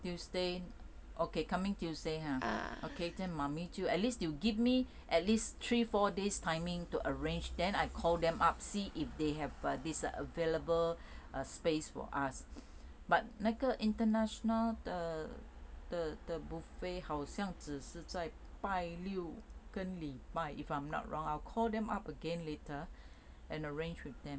tuesday okay coming tuesday okay mummy 就 at least you give me at least three four days timing to arrange then I call them up see if they have this err available space for us but 那个 international 的的的 buffet 好像只是在拜六跟礼拜 if I'm not wrong I'll call them up again later and arrange with them